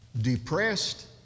depressed